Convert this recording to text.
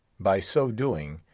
by so doing,